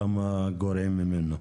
כמה גורעים ממנו.